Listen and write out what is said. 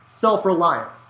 self-reliance